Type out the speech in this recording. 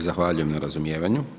Zahvaljujem na razumijevanju.